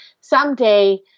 someday